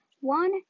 One